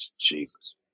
Jesus